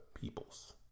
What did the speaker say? peoples